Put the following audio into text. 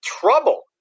trouble